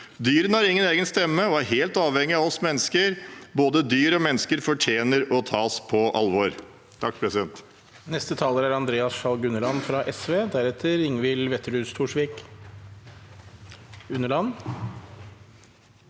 Dyrene har ingen egen stemme og er helt avhengig av oss mennesker. Både dyr og mennesker fortjener å tas på alvor.